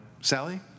Sally